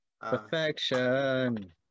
Perfection